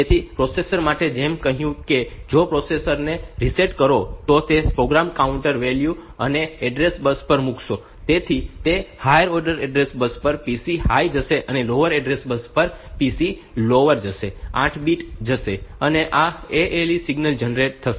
તેથી પ્રોસેસર માટે જેમ મેં કહ્યું કે જો તમે પ્રોસેસર ને રીસેટ કરો તો તે આ પ્રોગ્રામ કાઉન્ટર વેલ્યુ ને એડ્રેસ બસ પર મૂકશે તેથી તે હાયર ઓર્ડર એડ્રેસ બસ પર PC હાઇ જશે અને lower higher order address bus PC 1 lower order 8 bits જશે અને આ ALE સિગ્નલ જનરેટ થશે